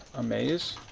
amaze.